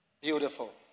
Beautiful